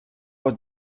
was